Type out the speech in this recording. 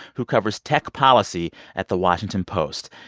who covers tech policy at the washington post.